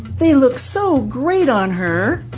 they look so great on her,